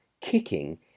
kicking